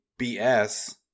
BS